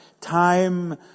time